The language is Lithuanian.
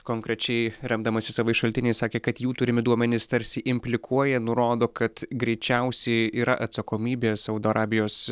konkrečiai remdamasis savais šaltiniais sakė kad jų turimi duomenys tarsi implikuoja nurodo kad greičiausiai yra atsakomybė saudo arabijos